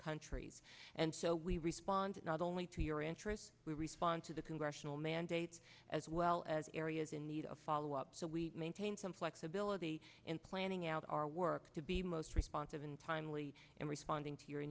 countries and so we respond not only to your interests we respond to the congressional mandate as well as areas in need of follow up so we maintain some flexibility in planning out our work to be most responsive and timely in responding to your